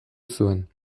zuen